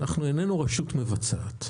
אנחנו איננו רשות מבצעת.